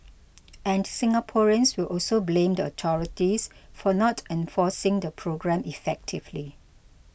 and Singaporeans will also blame the authorities for not enforcing the programme effectively